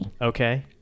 Okay